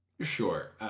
Sure